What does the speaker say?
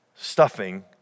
stuffing